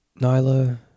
Nyla